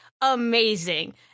amazing